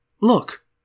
Look